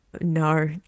no